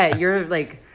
ah you're, like,